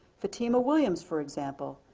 fatima williams for example,